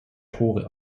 tore